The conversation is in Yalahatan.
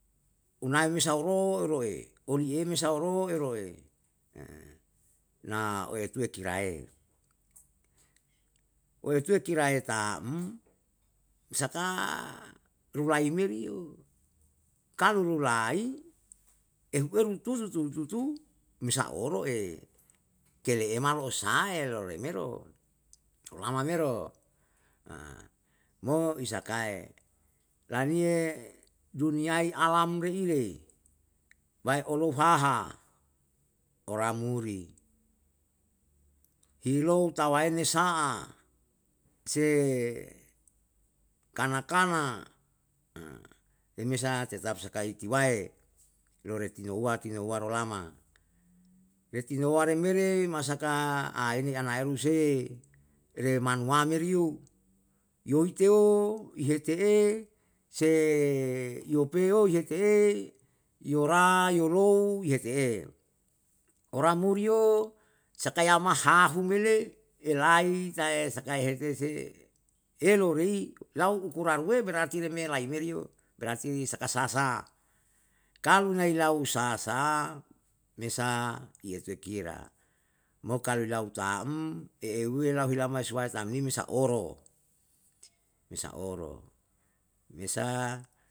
Unae me sau ro roe, olieme sauro roe, na outuwe kira'e, outuwe kira'e tam, saka rurai meri yo, kalu lulai, ahu eur tu tusu tusu tusu, misa oroe, kele ema lo sae loloe me ro, olama mero mo isakae taniye duniyai alam reire bai olou haha oramuri hilou tawaen me sa'a sekan akan peme sa tetap saka hitiwae. lore tinouwa, tinouwa ro lama, re tinouwa re mere, masa ka aeni anaeru se, remanuwa meri yo, yiteo hiete'e se yope'o yete'e, yora yolou yete'e, oramuriyo sakai yama hahu me le, elai tae sakae hete se, elo ri lau ukuraruwe berarti re me laim meri yo, berarti saka sasa, kalu nai lau sasa, mesa yete kira, mo kalu lau tam, eeuwe lau hila mai siwai ta ni me saoro, mesa oro, mesa